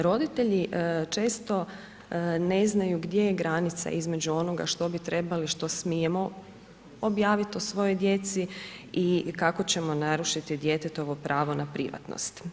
Roditelji često ne znaju gdje je granica između onoga što bi trebali, što smijemo objaviti o svojoj djeci i kako ćemo narušiti djetetovo pravo na privatnost.